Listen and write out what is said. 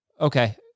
Okay